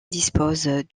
dispose